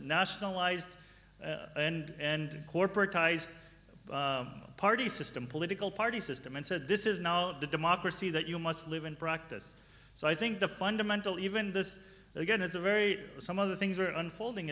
nationalized and corporate ties party system political party system and said this is now the democracy that you must live in practice so i think the fundamental even this again is a very some other things are unfolding